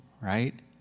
right